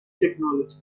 technology